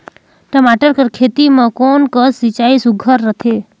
टमाटर कर खेती म कोन कस सिंचाई सुघ्घर रथे?